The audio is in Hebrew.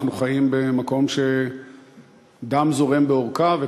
אנחנו חיים במקום שדם זורם בעורקיו,